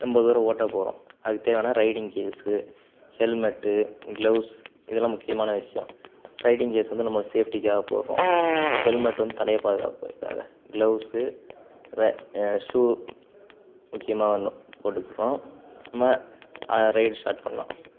ரொம்ப தூரம் ஓட்டப் போகிறோம் அதுக்குத் தேவையான ரைடிங் கேஸு ஹெல்மெட்டு க்ளவுஸ் இதெல்லாம் முக்கியமான விஷயம் ரைடிங் கேஸு வந்து நம்மோடய சேஃப்ட்டிக்காக போடுறோம் ஹெல்மெட் வந்து தலையை பாதுகாப்பதற்காக க்ளவுஸு ஷூ முக்கியமாக ஒன்று போட்டுக்கிறோம் நம்ம ரைட் ஸ்டார்ட் பண்ணலாம்